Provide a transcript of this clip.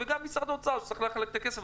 וגם משרד האוצר שצריך לחלק את הכסף,